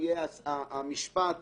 שיהיה המשפט